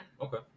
Okay